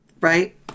right